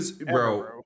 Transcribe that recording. bro